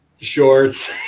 shorts